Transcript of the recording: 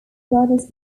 goddess